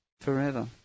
forever